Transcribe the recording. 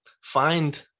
find